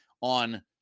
on